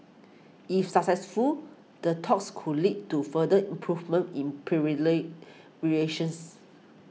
if successful the talks could lead to further improvements in privately relations